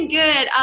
good